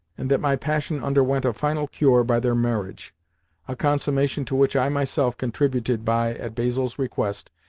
and that my passion underwent a final cure by their marriage a consummation to which i myself contributed by, at basil's request,